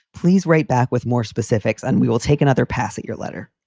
please write back with more specifics and we will take another pass at your letter.